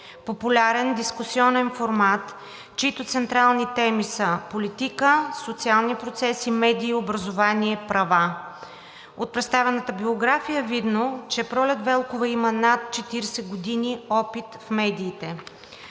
популярен дискусионен формат, чиито централни теми са: политика, социални процеси, медии, образование, права. От представената биография е видно, че Пролет Велкова има над 40 години опит в медиите.